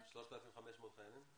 3,500 חיילים?